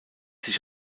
sich